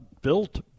Built